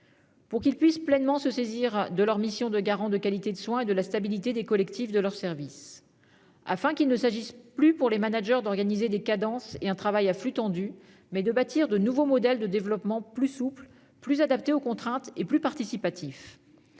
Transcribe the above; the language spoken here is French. de santé puissent pleinement se saisir de leur mission de garants de la qualité des soins et de la stabilité des collectifs de leur service. Nous pensons que les managers doivent non pas organiser des cadences et un travail à flux tendu, mais bâtir de nouveaux modèles de développement plus souples, plus adaptés aux contraintes et plus participatifs.